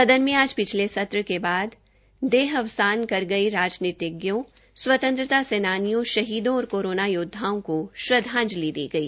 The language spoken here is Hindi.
सदन में आज पिछले सत्र के बाद देहावसान कर गये राजनीतिज्ञों स्वतंत्रता सेनानियों शहीदों और कोरोना योद्धाओं को श्रद्धाजंति दी गई